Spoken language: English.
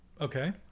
Okay